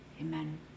amen